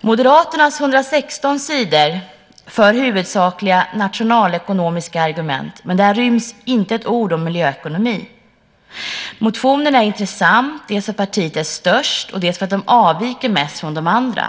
Moderaternas 116 sidor för huvudsakligen nationalekonomiska argument, men där ryms inte ett ord om miljöekonomi. Motionen är intressant, dels för att partiet är störst av de borgerliga partierna, dels för att de avviker mest från de andra.